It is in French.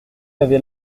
avait